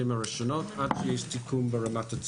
הראשונות עד שיהיה סיכום ברמת התשואות.